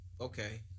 okay